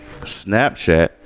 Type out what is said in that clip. Snapchat